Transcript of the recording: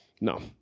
No